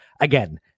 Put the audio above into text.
Again